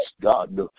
God